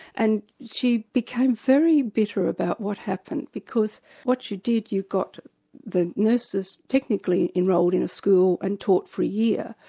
and she became very bitter about what happened, because what you did, you got the nurses technically enrolled in a school and taught for a year.